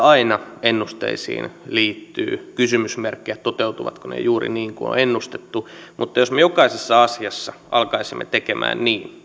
aina ennusteisiin liittyy kysymysmerkkejä toteutuvatko ne juuri niin kuin on ennustettu mutta jos me jokaisessa asiassa alkaisimme tekemään niin